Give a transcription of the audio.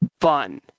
fun